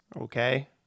Okay